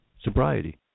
sobriety